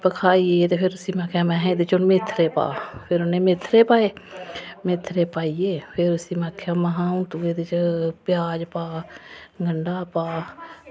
भखाइयै ते भी में उसी में आक्खेआ कि एह्दे च मेथरे पा फिर उनें मेथरे पाए मेथरे पाइयै भी में उसी आक्खेआ की तूं एह्दे च प्याज़ पा गंढा पा